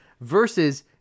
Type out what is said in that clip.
Versus